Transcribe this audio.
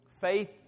Faith